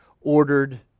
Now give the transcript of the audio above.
ordered